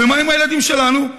ומה עם הילדים שלנו?